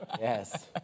Yes